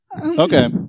Okay